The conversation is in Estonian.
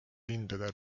lindude